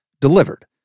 delivered